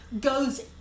goes